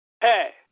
Hey